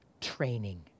training